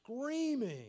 screaming